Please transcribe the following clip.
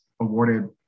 awarded